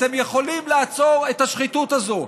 אתם יכולים לעצור את השחיתות הזו.